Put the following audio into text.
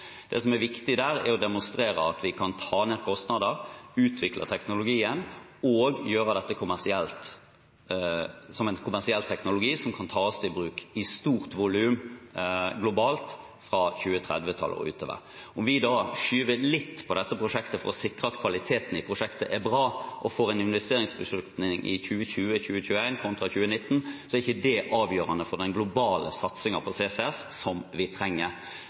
Det som er viktig her, er å demonstrere at vi kan ta ned kostnader, utvikle teknologien og gjøre dette som en kommersiell teknologi som kan tas i bruk i stort volum globalt fra 2030-tallet og utover. Om vi da skyver litt på dette prosjektet for å sikre at kvaliteten i prosjektet er bra og får en investeringsbeslutning i 2020/2021 i stedet for i 2019, er ikke det avgjørende for den globale satsingen på CCS som vi trenger.